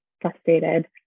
frustrated